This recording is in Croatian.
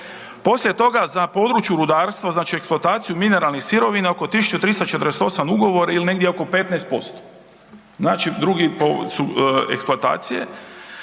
Poslije toga, za područje rudarstva, znači eksploataciju mineralnih sirovina oko 1348 ugovora ili negdje oko 15%. Znači drugi po su eksploatacije.